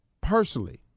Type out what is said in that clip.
personally